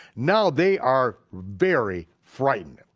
now they are very frightened.